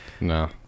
no